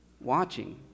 watching